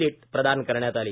लिट् प्रदान करण्यात आली